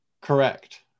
Correct